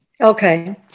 Okay